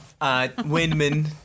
Windman